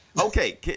Okay